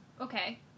Okay